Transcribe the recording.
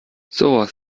sowas